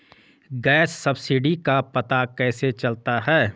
Gas subsidy का पता कैसे चलता है?